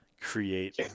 create